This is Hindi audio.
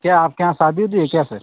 क्या आपके यहाँ शादी ओदी है क्या फिर